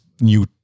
new